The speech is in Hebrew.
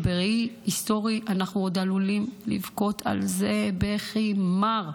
בראי היסטורי אנחנו עוד עלולים לבכות על זה בכי מר,